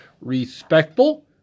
respectful